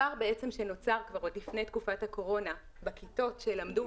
הפער שנוצר עוד כבר לפני תקופת הקורונה בכיתות שלמדו